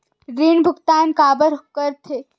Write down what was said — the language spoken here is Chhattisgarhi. ऋण भुक्तान काबर कर थे?